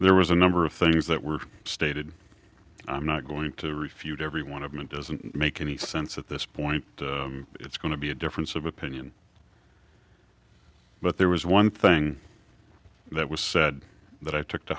there was a number of things that were stated i'm not going to refute every one of them and doesn't make any sense at this point it's going to be a difference of opinion but there was one thing that was said that i took t